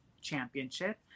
championship